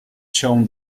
shown